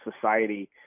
society